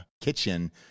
kitchen